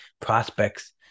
prospects